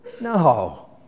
No